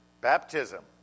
Baptism